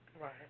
Right